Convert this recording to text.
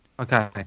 Okay